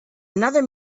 another